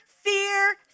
fear